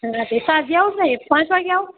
સાંજે આવું ને સાહેબ પાંચ વાગે આવું